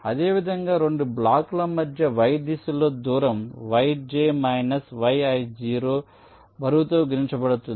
అదేవిధంగా రెండు బ్లాకుల మధ్య y దిశలో దూరం yj మైనస్ yi0 బరువుతో గుణించబడుతుంది